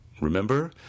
Remember